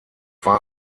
war